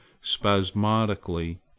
spasmodically